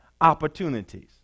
opportunities